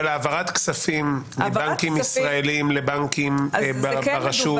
אבל העברת כספים מבנקים ישראלים לבנקים ברשות.